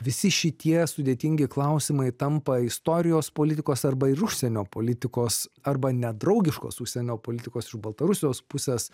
visi šitie sudėtingi klausimai tampa istorijos politikos arba ir užsienio politikos arba nedraugiškos užsienio politikos iš baltarusijos pusės